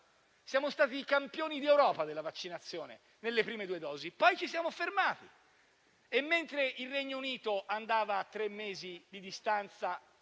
Siamo stati i campioni d'Europa della vaccinazione nelle prime due dosi, ma poi ci siamo fermati e mentre il Regno Unito passava, a tre mesi di distanza,